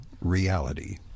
reality